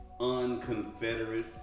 unconfederate